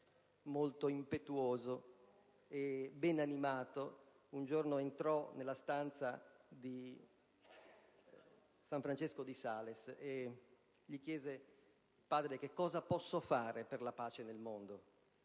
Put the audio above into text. molto impetuoso e ben animato un giorno entrò nella stanza di San Francesco di Sales e gli chiese: «Padre, che cosa posso fare per la pace nel mondo?».